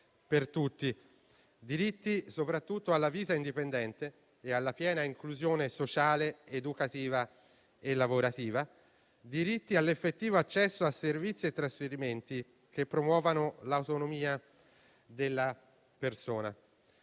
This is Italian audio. per tutti. Diritti soprattutto alla vita indipendente e alla piena inclusione sociale, educativa e lavorativa. Diritti all'effettivo accesso a servizi e trasferimenti, che promuovano l'autonomia della persona.